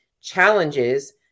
challenges